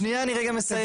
שנייה, אני רגע מסיים.